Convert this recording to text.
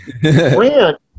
Grant